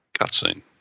cutscene